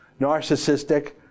narcissistic